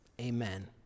amen